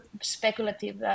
speculative